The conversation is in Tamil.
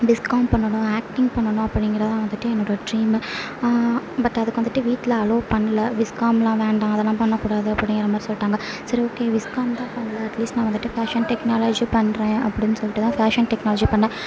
விஸ்காம் பண்ணனும் ஆக்ட்டிங் பண்ணனும் அப்படிங்கிறது தான் வந்துட்டு என்னோடய ட்ரீம் பட் அதுக்கு வந்துட்டு வீட்டில் அலோ பண்ணலை விஸ்காம்லாம் வேண்டாம் அதெலாம் பண்ண கூடாது அப்படிங்கிற மாதிரி சொல்லிட்டாங்க சரி ஓகே விஸ்காம் தான் பண்ணலை அட்லீஸ்ட் நான் வந்துட்டு ஃபேஷன் டெக்னாலஜி பண்ணுறேன் அப்படினு சொல்லிட்டு தான் ஃபேஷன் டெக்னாலஜி பண்ணிணேன்